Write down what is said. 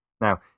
Now